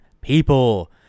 people